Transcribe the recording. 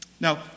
Now